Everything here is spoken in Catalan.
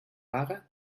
vaga